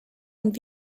und